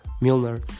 Milner